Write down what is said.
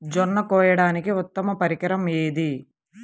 జొన్న కోయడానికి ఉత్తమ పరికరం ఏది?